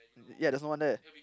yeah there's no one there